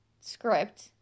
script